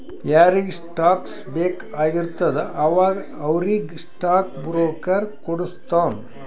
ಯಾರಿಗ್ ಸ್ಟಾಕ್ಸ್ ಬೇಕ್ ಆಗಿರ್ತುದ ಅವಾಗ ಅವ್ರಿಗ್ ಸ್ಟಾಕ್ ಬ್ರೋಕರ್ ಕೊಡುಸ್ತಾನ್